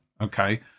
okay